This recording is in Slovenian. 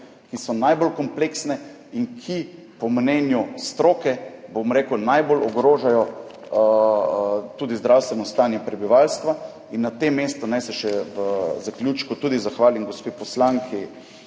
ki so najbolj kompleksne in ki po mnenju stroke, bom rekel, najbolj ogrožajo zdravstveno stanje prebivalstva. Na tem mestu naj se v zaključku zahvalim tudi gospe poslanki